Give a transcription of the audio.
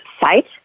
site